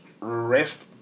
rest